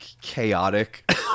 chaotic